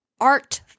Art